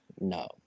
No